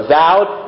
vowed